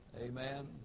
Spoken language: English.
Amen